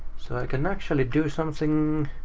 so i can actually do something